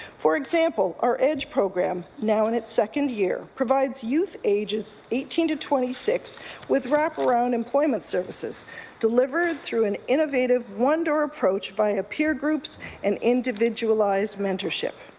for example our edge program now in its second year provide youth ages eighteen to twenty six with wrap-around employment services delivered through an innovative one door approach by peer groups and individualized mentorship.